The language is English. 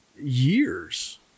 years